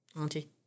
Auntie